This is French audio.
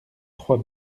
trois